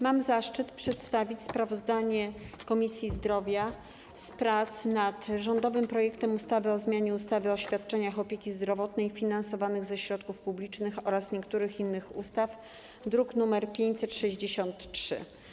Mam zaszczyt przedstawić sprawozdanie Komisji Zdrowia z prac nad rządowym projektem ustawy o zmianie ustawy o świadczeniach opieki zdrowotnej finansowanych ze środków publicznych oraz niektórych innych ustaw, druk nr 563.